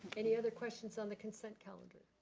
any other questions on the consent calendar?